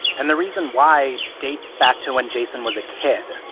and the reason why dates back to when jason was a kid,